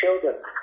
children